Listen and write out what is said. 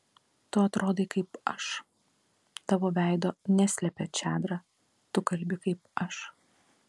tu atrodai kaip aš tavo veido neslepia čadra tu kalbi kaip aš